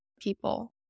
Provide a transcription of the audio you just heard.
people